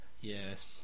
Yes